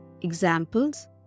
examples